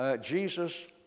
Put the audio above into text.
Jesus